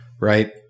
right